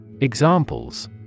Examples